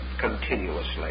continuously